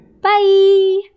Bye